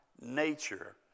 nature